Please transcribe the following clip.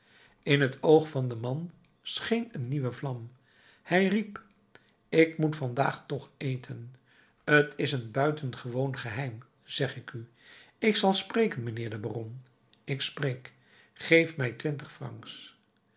in het oog van den man scheen een nieuwe vlam hij riep ik moet vandaag toch eten t is een buitengewoon geheim zeg ik u ik zal spreken mijnheer de baron ik spreek geef mij twintig francs